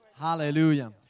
Hallelujah